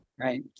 Right